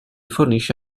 fornisce